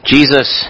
Jesus